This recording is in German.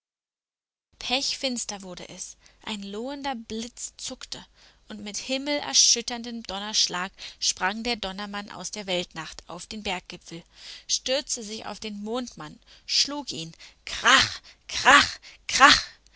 pechfinster wurde es ein lohender blitz zuckte und mit himmelerschütterndem donnerschlag sprang der donnermann aus der weltnacht auf den berggipfel stürzte sich auf den mondmann schlug ihn krach krach krach